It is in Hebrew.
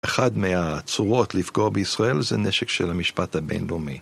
אחד מהצורות לפגוע בישראל זה נשק של המשפט הבינלאומי.